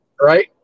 right